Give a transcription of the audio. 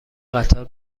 قطار